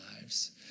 lives